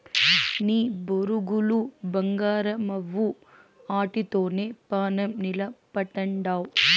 నీ బొరుగులు బంగారమవ్వు, ఆటితోనే పానం నిలపతండావ్